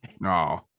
No